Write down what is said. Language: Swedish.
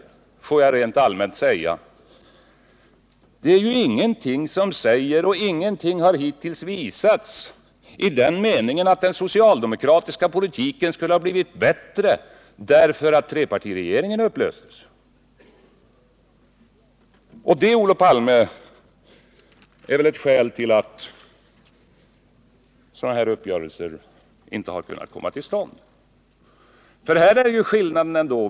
Får jag rent allmänt säga: Ingenting har hittills visats som säger att den socialdemokratiska politiken skulle ha blivit bättre därför att trepartiregeringen upplöstes. Och det, Olof Palme, är väl ett skäl till att sådana här uppgörelser inte har kunnat komma till stånd. Och det finns en skillnad här.